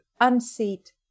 unseat